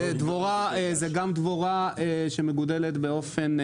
זה דבורה, זה גם דבורה שמגודלת באופן מסחרי.